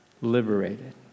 liberated